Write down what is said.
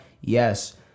Yes